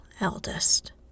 eldest